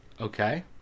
Okay